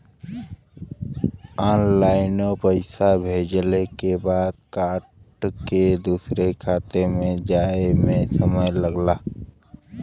ऑनलाइनो पइसा भेजे के बाद कट के दूसर खाते मे जाए मे समय लगला